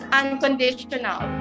unconditional